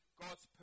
God's